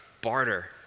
barter